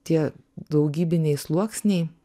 tie daugybiniai sluoksniai